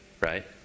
right